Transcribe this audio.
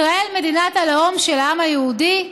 ישראל, מדינת הלאום של העם היהודי,